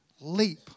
leap